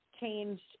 changed